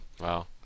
Wow